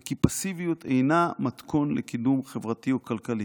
וכי פסיביות אינה מתכון לקידום חברתי וכלכלי.